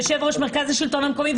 יושב-ראש מרכז השלטון המקומי,